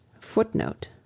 Footnote